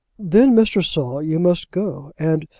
then, mr. saul, you must go and,